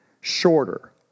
shorter